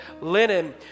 linen